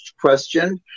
question